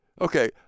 Okay